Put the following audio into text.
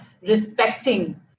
respecting